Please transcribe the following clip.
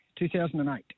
2008